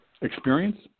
experience